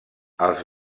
els